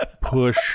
push